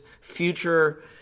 future